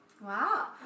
wow